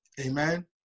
Amen